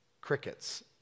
Crickets